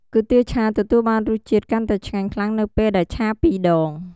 គុយទាវឆាទទួលបានរសជាតិកាន់តែឆ្ងាញ់ខ្លាំងនៅពេលដែលឆាពីរដង។